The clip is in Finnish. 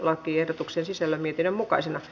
lakiehdotuksen sisällön mietinnön mukaisena